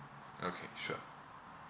okay sure